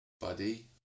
Buddy